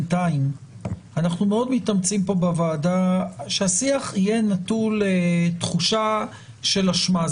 בינתיים אנחנו מאוד מתאמצים פה בוועדה שהשיח יהיה נטול תחושה של אשמה.